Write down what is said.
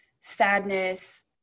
sadness